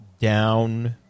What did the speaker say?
down